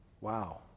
Wow